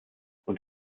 und